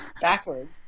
backwards